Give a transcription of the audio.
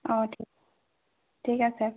অঁ ঠিক ঠিক আছে